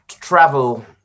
Travel